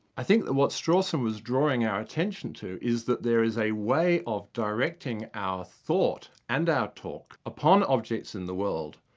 i think that what strawson was drawing our attention to is that there is a way of directing our thought and our talk, upon objects in the world,